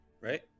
right